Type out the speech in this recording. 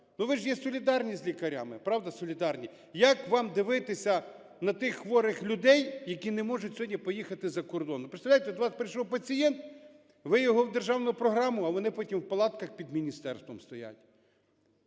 Ну, ви ж є солідарні з лікарями, правда, солідарні? Як вам дивитися на тих хворих людей, які не можуть сьогодні поїхати за кордон? Представляєте, до вас прийшов пацієнт, ви його – в державну програму, а вони потім в палатках під міністерством стоять.